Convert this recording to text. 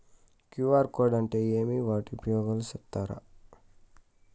QR code అంటే ఏమి వాటి ఉపయోగాలు సెప్తారా?